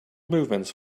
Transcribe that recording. movements